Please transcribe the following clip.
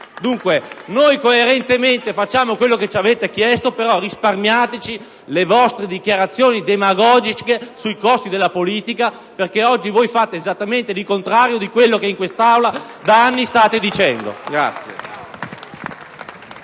Dunque, coerentemente, facciamo quello che ci avete chiesto. Però, risparmiateci le vostre dichiarazioni demagogiche sui costi della politica, perché oggi voi fate esattamente il contrario di quello che in Aula da anni state dicendo.